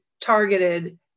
targeted